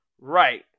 Right